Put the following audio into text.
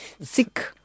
sick